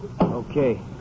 Okay